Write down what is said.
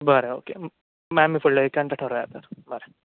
बरें ओके माय आमी फुडल्या विकान तें थारावयां तर बरें